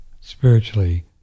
spiritually